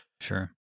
Sure